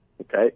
Okay